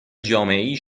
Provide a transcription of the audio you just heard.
جامعهای